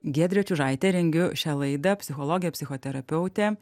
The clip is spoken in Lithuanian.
giedrė čiužaitė rengiu šią laidą psichologė psichoterapeutė